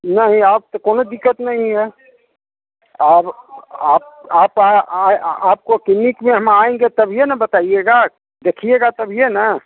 नहीं और तो कौनो दिक्कत नहीं है और आप आए आपको क्लीनिक में हम आएंगे तभिए ना बताइएगा देखिएगा तभिए ना